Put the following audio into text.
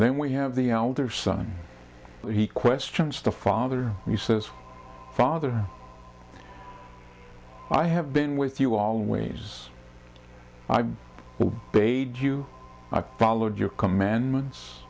then we have the elder son he questions the father he says father i have been with you always i've paid you i've followed your commandments